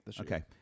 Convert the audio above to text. Okay